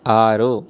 ఆరు